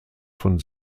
von